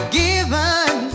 given